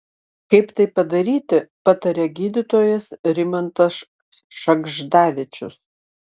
kaip tai padaryti pataria gydytojas rimantas šagždavičius